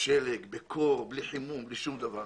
בשלג, בקור, בלי חימום, בלי שום דבר.